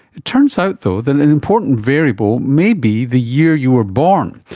it turns out though that an important variable may be the year you were born.